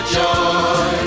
joy